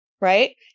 right